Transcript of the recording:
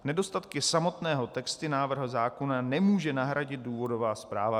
Nedostatky samotného textu návrhu zákona nemůže nahradit důvodová zpráva.